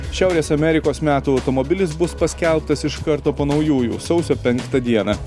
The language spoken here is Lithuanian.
šiaurės amerikos metų automobilis bus paskelbtas iš karto po naujųjų sausio penktą dieną